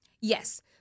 Yes